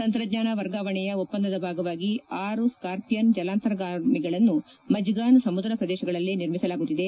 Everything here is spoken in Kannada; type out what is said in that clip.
ತಂತ್ರಜ್ಞಾನ ವರ್ಗಾವಣೆಯ ಒಪ್ಪಂದದ ಭಾಗವಾಗಿ ಆರು ಸ್ಕಾರ್ಷಿಯನ್ ಜಲಾಂತಗಾರ್ಮಿಗಳನ್ನು ಮಜ್ಗಾನ್ ಸಮುದ್ರ ಪ್ರದೇಶಗಳಲ್ಲಿ ನಿರ್ಮಿಸಲಾಗುತ್ತಿದೆ